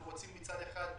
מצד אחד,